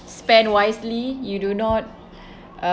spend wisely you do not